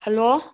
hello